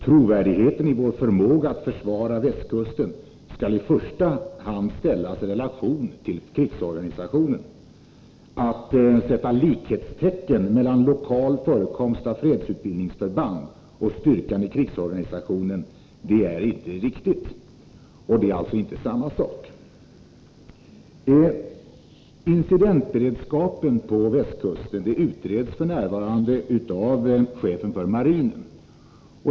Trovärdigheten i vår förmåga att försvara västkusten skall i första hand ställas i relation till krigsorganisationen. Att sätta likhetstecken mellan lokal förekomst av fredsutbildningsförband och styrkan i krigsorganisationen är inte riktigt, eftersom de inte är samma saker. Incidentberedskapen på västkusten utreds f. n. av chefen för marinen.